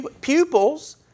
pupils